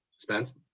Spence